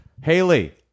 Haley